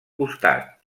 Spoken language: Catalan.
costat